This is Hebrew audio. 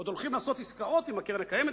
עוד הולכים לעשות עסקאות עם הקרן הקיימת,